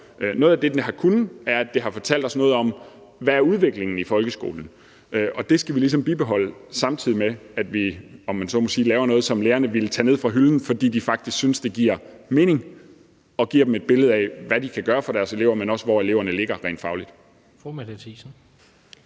Noget af det, de har kunnet, er, at de har fortalt os noget om, hvad udviklingen er i folkeskolen, og det skal vi bibeholde, samtidig med at vi laver noget, som lærerne vil tage ned fra hylden, fordi de faktisk synes, det giver mening og giver dem et billede af, hvad de kan gøre for deres elever, men også hvor eleverne ligger rent fagligt.